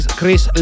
Chris